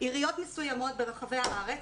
עיריות מסוימות ברחבי הארץ,